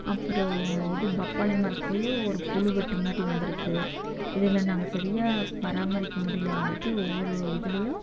அப்றம் இது பப்பாளி மரத்திலியே ஒரு புழுவெட்டு மாதிரி வந்திருக்கு இதில் நாங்கள் சரியாக பராமரிக்க முடிலைனுங்காட்டி ஒவ்வொரு இதிலேயும்